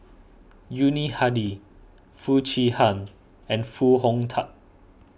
Yuni Hadi Foo Chee Han and Foo Hong Tatt